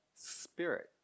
Spirit